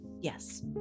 Yes